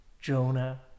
Jonah